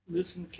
Listen